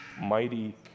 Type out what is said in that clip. mighty